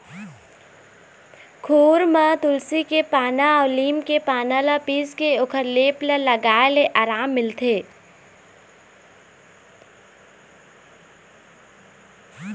खुर म तुलसी के पाना अउ लीम के पाना ल पीसके ओखर लेप ल लगाए ले अराम मिलथे